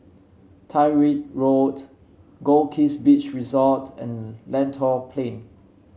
Tyrwhitt Road Goldkist Beach Resort and Lentor Plain